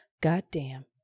Goddamn